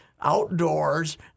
outdoors